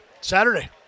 Saturday